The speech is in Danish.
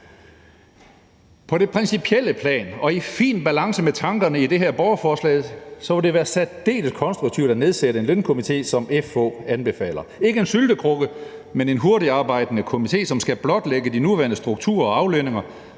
På det principielle plan og i fin balance med tankerne i det her borgerforslag vil det være særdeles konstruktivt at nedsætte en lønkomité, som FH anbefaler, ikke en syltekrukke, men en hurtigtarbejdende komité, som skal blotlægge de nuværende strukturer og aflønninger